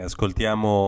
ascoltiamo